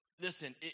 Listen